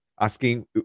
asking